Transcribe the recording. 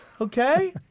Okay